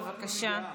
בבקשה.